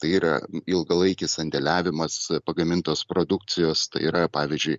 tai yra ilgalaikis sandėliavimas pagamintos produkcijos yra pavyzdžiui